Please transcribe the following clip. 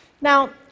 Now